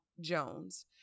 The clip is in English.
Jones